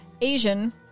Asian